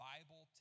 Bible